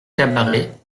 cabaret